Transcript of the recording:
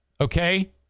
okay